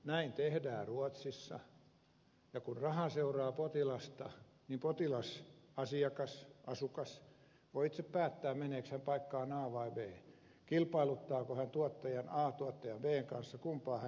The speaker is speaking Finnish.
näin tehdään ruotsissa ja kun raha seuraa potilasta niin potilas asiakas asukas voi itse päättää meneekö hän paikkaan a vai b kilpailuttaako hän tuottajan a tuottajan b kanssa kumpaan hän menee